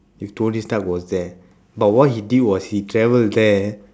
if tony stark was there but what he did was he travel there